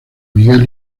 miguel